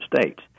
states